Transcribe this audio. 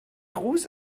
gruß